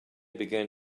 began